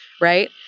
right